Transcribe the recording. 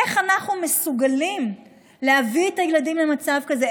איך אנחנו מסוגלים להביא את הילדים למצב כזה?